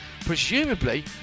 presumably